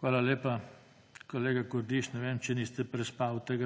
Hvala lepa. Kolega Kordiš, ne vem, če niste prespali